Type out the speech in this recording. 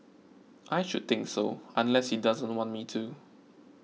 I should think so unless he doesn't want me to